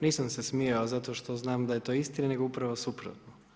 Nisam se smijao zato što znam da je to istina, nego upravo suprotno.